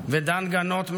דן גנות,